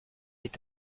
est